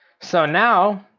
so now,